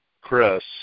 Chris